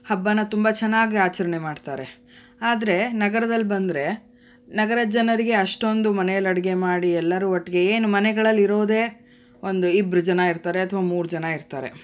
ಹಬ್ಬಾನ ತುಂಬ ಚೆನ್ನಾಗಿ ಆಚರಣೆ ಮಾಡ್ತಾರೆ ಆದರೆ ನಗರದಲ್ಲಿ ಬಂದರೆ ನಗರದ ಜನರಿಗೆ ಅಷ್ಟೊಂದು ಮನೆಯಲ್ಲಿ ಅಡಿಗೆ ಮಾಡಿ ಎಲ್ಲರು ಒಟ್ಟಿಗೆ ಏನು ಮನೆಗಳಲ್ಲಿರೋದೇ ಒಂದು ಇಬ್ಬರು ಜನ ಇರ್ತಾರೆ ಅಥವಾ ಮೂರು ಜನ ಇರ್ತಾರೆ